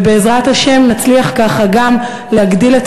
ובעזרת השם נצליח כך גם להגביר את